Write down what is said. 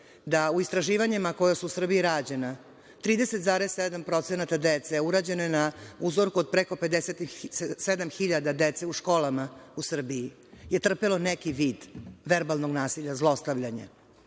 istraživanja koja su u Srbiji rađena 30,7% dece, urađena je na uzorku od preko 57.000 dece u školama u Srbiji je trpelo neki vid verbalnog nasilja, zlostavljanja,